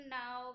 now